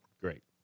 great